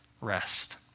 rest